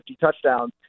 touchdowns